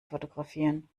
fotografieren